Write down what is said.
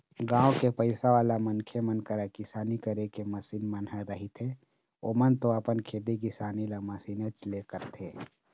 गाँव के पइसावाला मनखे मन करा किसानी करे के मसीन मन ह रहिथेए ओमन तो अपन खेती किसानी ल मशीनेच ले करथे